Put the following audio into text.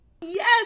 Yes